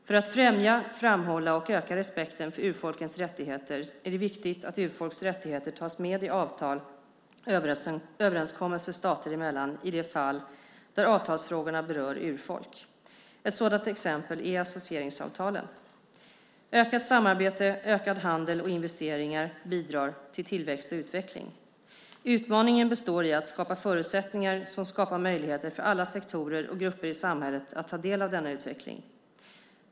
För att främja, framhålla och öka respekten för urfolkens rättigheter är det viktigt att urfolks rättigheter tas med i avtal och överenskommelser stater emellan i de fall där avtalsfrågorna berör urfolk. Ett sådant exempel är associeringsavtalen. Ökat samarbete, ökad handel och investeringar bidrar till tillväxt och utveckling. Utmaningen består i att skapa förutsättningar som skapar möjligheter för alla sektorer och grupper i samhället att ta del av denna utveckling.